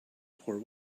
poor